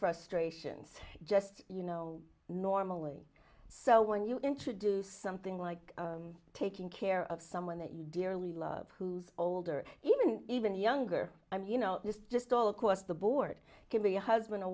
frustrations just you know normally so when you introduce something like taking care of someone that you dearly love who's older even even younger i mean you know just just all across the board can be a husband